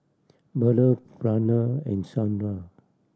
Bellur Pranav and Sundar